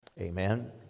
Amen